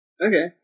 Okay